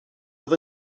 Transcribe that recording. oedd